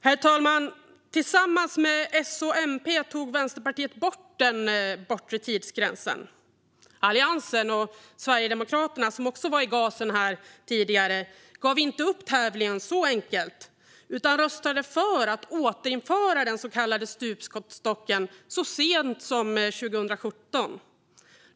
Herr talman! Tillsammans med S och MP tog Vänsterpartiet bort den bortre tidsgränsen. Alliansen och Sverigedemokraterna, som också var i gasen här tidigare, gav inte upp tävlingen så enkelt. De röstade för att återinföra den så kallade stupstocken så sent som 2017.